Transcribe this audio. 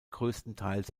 größtenteils